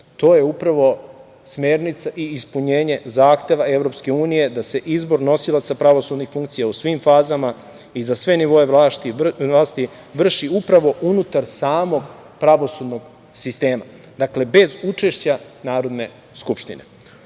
to je upravo smernica i ispunjenje zahteva EU, da se izbor nosilaca pravosudnih funkcija u svim fazama i za sve nivoe vlasti, vrši upravo unutar samog pravosudnog sistema. Dakle, bez učešća Narodne Skupštine.